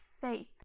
faith